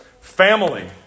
Family